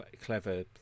clever